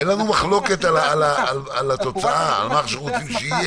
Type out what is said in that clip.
אין לנו מחלוקת על התוצאה, על מה שרוצים שיהיה.